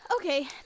Okay